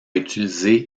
utilisé